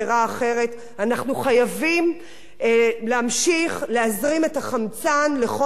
אנחנו חייבים להמשיך להזרים את החמצן לכל אותם ערוצים,